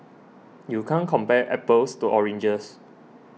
you can't compare apples to oranges